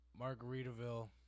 Margaritaville